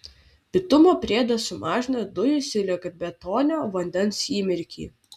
bitumo priedas sumažina dujų silikatbetonio vandens įmirkį